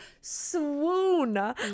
swoon